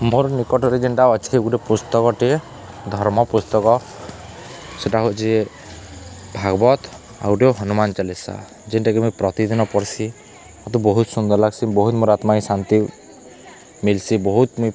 ମୋର ନିକଟରେ ଯେନ୍ଟା ଅଛି ଗୋଟେ ପୁସ୍ତକଟିଏ ଧର୍ମ ପୁସ୍ତକ ସେଇଟା ହେଉଛି ଭାଗବତ ଆଉ ଗୋଟେ ହନୁମାନ ଚାଳିଶା ଯେନ୍ଟାକି ମୁଇଁ ପ୍ରତିଦିନ ପଡ଼୍ସି ମୋତେ ବହୁତ ସୁନ୍ଦର ଲାଗ୍ସି ବହୁତ ମୋର ଆତ୍ମାକେ ଶାନ୍ତି ମିଲ୍ସି ବହୁତ ମୁଇଁ